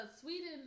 Sweden